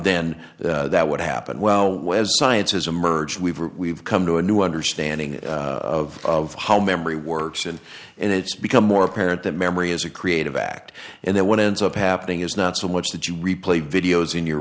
then that would happen well well as science has emerged we've we've come to a new understanding of how memory works and and it's become more apparent that memory is a creative act and then what ends up happening is not so much that you replay videos in your